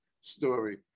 story